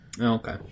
okay